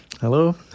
hello